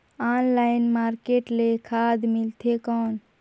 Online market ले खाद मिलथे कौन?